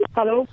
Hello